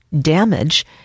damage